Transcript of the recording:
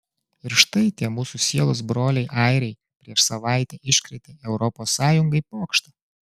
ir štai tie mūsų sielos broliai airiai prieš savaitę iškrėtė europos sąjungai pokštą